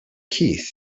keith